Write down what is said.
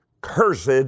cursed